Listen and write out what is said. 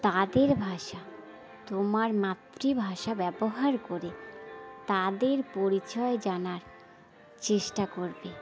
তাদের ভাষা তোমার মাতৃভাষা ব্যবহার করে তাদের পরিচয় জানার চেষ্টা করবে